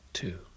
two